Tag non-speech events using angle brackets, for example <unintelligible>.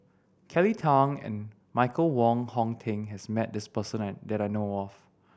Kelly Tang and Michael Wong Hong Teng has met this person <unintelligible> that I know of